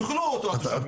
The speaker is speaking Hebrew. יאכלו אותו עכשיו.